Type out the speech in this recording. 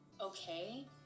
okay